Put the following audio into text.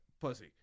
pussy